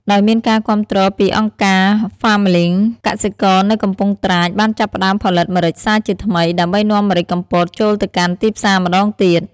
ដោយមានការគាំទ្រពីអង្គការហ្វាមលីង កសិករនៅកំពង់ត្រាច បានចាប់ផ្តើមផលិតម្រេចសាជាថ្មី ដើម្បីនាំម្រេចកំពតចូលទៅកាន់ទីផ្សារម្តងទៀត។